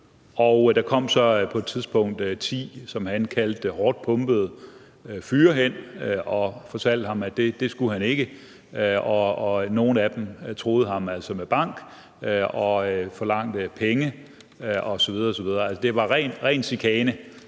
Der kom så på et tidspunkt ti personer, som han kaldte hårdtpumpede fyre, hen og fortalte ham, at det skulle han ikke, og nogle af dem truede ham altså med bank og forlangte penge osv. osv. Det var ren chikane,